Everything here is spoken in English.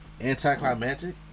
anticlimactic